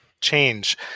change